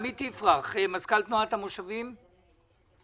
עמית יפרח, מזכ"ל תנועת המושבים, בבקשה.